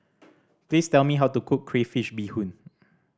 please tell me how to cook crayfish beehoon